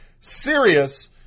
serious